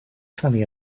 canu